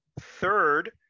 Third